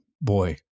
boy